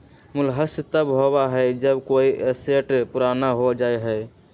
मूल्यह्रास तब होबा हई जब कोई एसेट पुराना हो जा हई